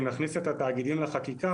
אם נכניס את התאגידים לחקיקה,